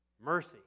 mercy